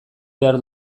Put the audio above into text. behar